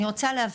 אני רוצה להבהיר.